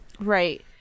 Right